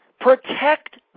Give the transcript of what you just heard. protect